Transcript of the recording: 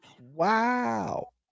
Wow